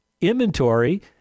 inventory